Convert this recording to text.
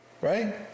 right